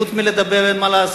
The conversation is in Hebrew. חוץ מלדבר אין מה לעשות.